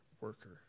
worker